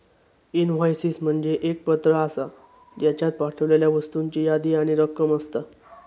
invoices म्हणजे एक पत्र आसा, ज्येच्यात पाठवलेल्या वस्तूंची यादी आणि रक्कम असता